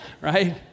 Right